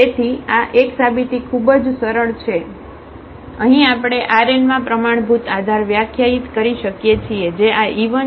તેથી આ એક સાબિતી ખૂબ જ સરળ છે અહીં આપણે Rn માં પ્રમાણભૂત આધાર વ્યાખ્યાયિત કરી શકીએ છીએ જે આ e1100e2010